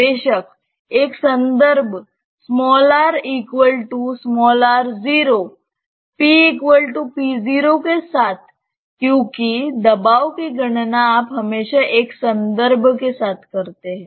बेशक एक संदर्भ rr0 pp0 के साथ क्योंकि दबाव की गणना आप हमेशा एक संदर्भ के साथ करते हैं